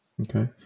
Okay